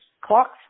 clocks